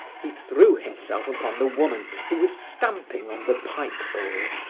he threw himself upon the woman who was stamping on the pipe bowls,